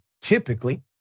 typically